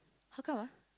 how come ah